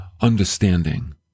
understanding